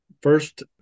First